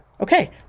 Okay